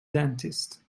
dentist